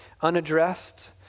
unaddressed